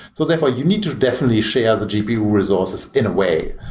so therefore, you need to definitely share the gpu resources in a way.